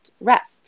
Rest